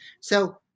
So-